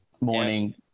morning